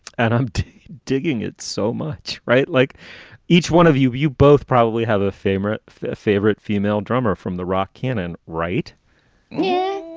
and i'm digging it so much. right. like each one of you, you both probably have a favorite, favorite female drummer from the rock canon. right yeah